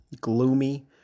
gloomy